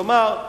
כלומר,